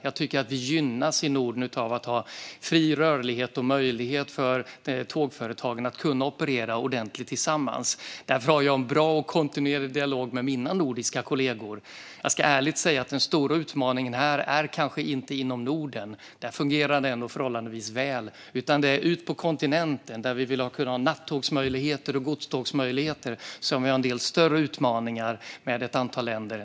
Jag tycker att vi i Norden gynnas av att ha fri rörlighet och möjlighet för tågföretagen att operera tillsammans. Därför har jag en bra och kontinuerlig dialog med mina nordiska kollegor. Jag ska ärligt säga att den stora utmaningen här kanske inte är inom Norden, där det fungerar förhållandevis väl. Det är på kontinenten, där vi vill ha nattågsmöjligheter och godstågsmöjligheter, som vi har en del större utmaningar med ett antal länder.